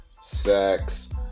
sex